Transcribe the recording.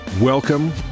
Welcome